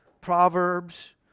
Proverbs